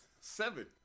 Seven